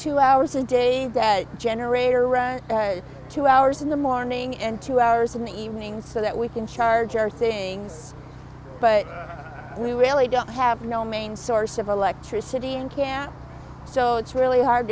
two hours a day that generator runs two hours in the morning and two hours in the evening so that we can charge our things but we really don't have no main source of electricity in camp so it's really hard